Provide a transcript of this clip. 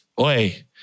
Oi